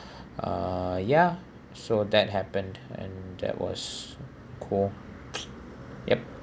uh ya so that happened and that was cool yup